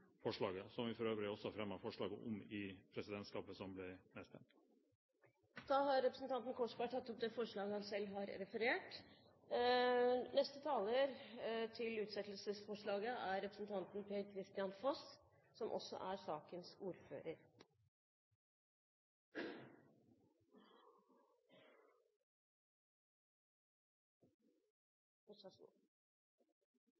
forslaget, som vi for øvrig også fremmet i presidentskapet, og som ble nedstemt. Representanten Øyvind Korsberg har tatt opp det forslaget han refererte til. Det er da et samlet presidentskap, minus Fremskrittspartiets Øyvind Korsberg, som